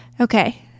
okay